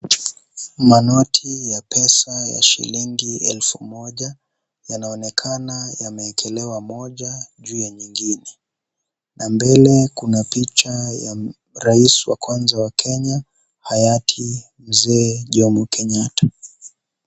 Manoti ya pesa ya shilingi elfu moja, yanaonekana amewekelea moja juu ya nyingine na mbele, kuna picha ya rais wa kwanza wa Kenya, hayati Mzee Jomo Kenyatta.